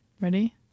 Ready